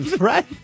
Right